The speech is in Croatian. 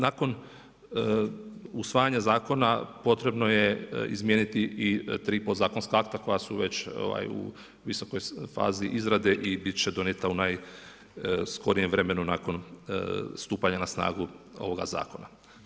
Nakon usvajanja Zakona potrebno je izmijeniti i 3 podzakonska akta koji su već u visokoj fazi izrade i biti će donijeta u najskorijem vremenu nakon stupanja na snagu ovoga Zakona.